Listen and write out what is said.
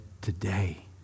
today